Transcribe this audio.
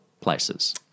places